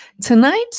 Tonight